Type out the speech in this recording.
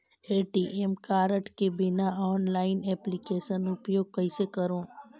ATM card के बिना online application उपयोग कइसे करो?